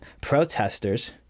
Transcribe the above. protesters